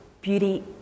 beauty